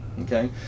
okay